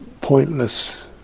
pointless